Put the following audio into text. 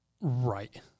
right